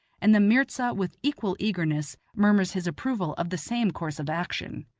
and the mirza with equal eagerness murmurs his approval of the same course of action.